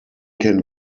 can